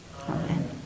Amen